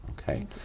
okay